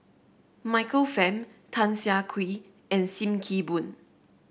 Michael Fam Tan Siah Kwee and Sim Kee Boon